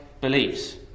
beliefs